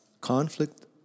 conflict